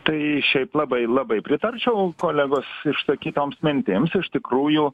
tai šiaip labai labai pritarčiau kolegos išsakytoms mintims iš tikrųjų